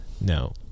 no